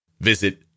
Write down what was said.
Visit